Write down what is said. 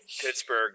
Pittsburgh